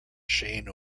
shane